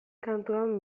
kantuan